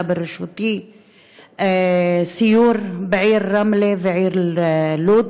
בראשותי סיור בעיר רמלה ובעיר לוד.